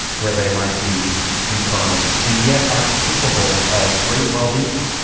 where they might be infirm, and yet are capable of great well-being.